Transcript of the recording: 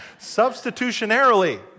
Substitutionarily